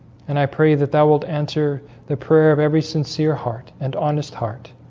and i pray that that will answer the prayer of every sincere heart and honest heart